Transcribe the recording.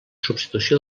substitució